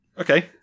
Okay